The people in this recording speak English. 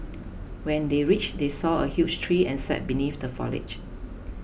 when they reached they saw a huge tree and sat beneath the foliage